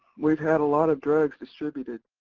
we've had a lot of drugs distributed.